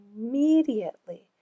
immediately